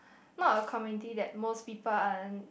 not a community that most people are